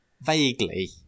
Vaguely